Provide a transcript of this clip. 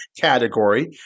category